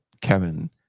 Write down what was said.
Kevin